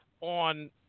on